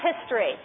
history